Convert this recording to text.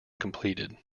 completed